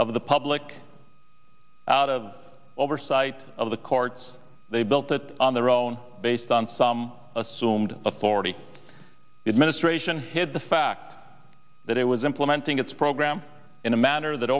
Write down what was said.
of the public out of oversight of the courts they built that on their own based on some assumed authority it ministration hid the fact that it was implementing its program in a manner that